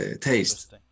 taste